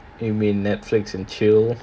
you mean netflix and chill